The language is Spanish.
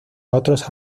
otros